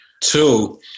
Two